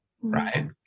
right